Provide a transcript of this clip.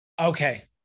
okay